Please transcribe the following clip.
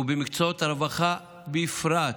ובמקצועות הרווחה בפרט,